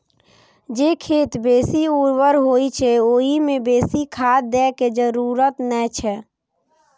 जे खेत बेसी उर्वर होइ छै, ओइ मे बेसी खाद दै के जरूरत नै छै